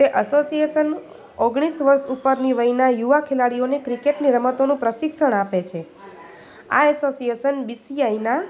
તે એસોસીએસન ઓગણીસ વર્ષ ઉપરની વયના યુવા ખિલાડીઓને ક્રિકેટની રમતોનું પ્રશિક્ષણ આપે છે આ એસોસીએસન બીસીઆઈના